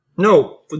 No